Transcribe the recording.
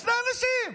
שני אנשים.